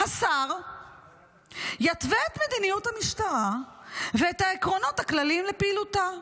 "השר יתווה את מדיניות המשטרה ואת העקרונות הכלליים לפעילותה,